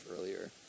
earlier